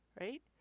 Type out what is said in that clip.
Right